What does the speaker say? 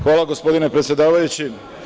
Hvala, gospodine predsedavajući.